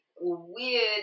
weird